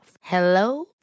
Hello